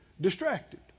distracted